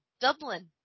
Dublin